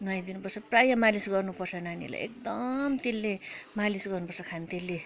नुहाइ दिनुपर्छ प्राय मालिस गर्नुपर्छ नानीहरूलाई एकदम तेलले मालिस गर्नुपर्छ खाने तेलले